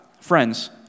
friends